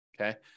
okay